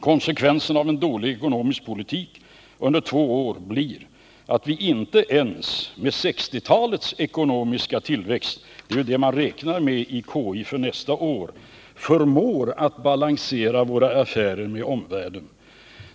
Konsekvensen av en dålig ekonomisk politik under två år blir att vi inte ens med 1960-talets ekonomiska tillväxt — det är ju det man räknar med i KI för nästa år — förmår balansera våra affärer med omvärlden.